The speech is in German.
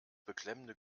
beklemmende